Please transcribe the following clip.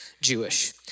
Jewish